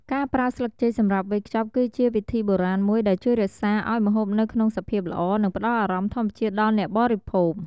ការប្រើស្លឹកចេកសម្រាប់វេចខ្ចប់ គឺជាវិធីបុរាណមួយដែលជួយរក្សាឱ្យម្ហូបនៅក្នុងសភាពល្អ និងផ្តល់អារម្មណ៍ធម្មជាតិដល់អ្នកបរិភោគ។